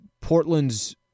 Portland's